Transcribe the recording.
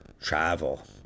travel